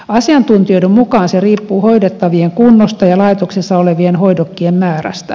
asiantuntijoiden mukaan se riippuu hoidettavien kunnosta ja laitoksessa olevien hoidokkien määrästä